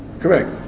Correct